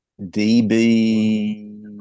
DB